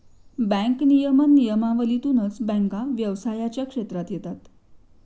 bank नियमन नियमावलीतूनच बँका व्यवसायाच्या क्षेत्रात येतात